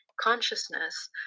consciousness